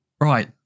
right